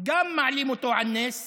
מעלים אותו על נס